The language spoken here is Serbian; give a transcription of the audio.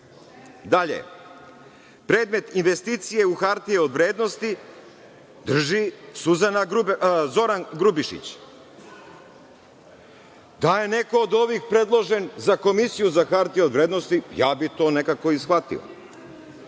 predmet investicije u hartije u vrednosti drži Zoran Grubišić, da je neko od ovih predložen za Komisiju za hartije od vrednosti ja bih to nekako i shvatio,